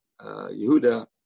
Yehuda